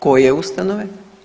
Koje ustanove?